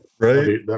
Right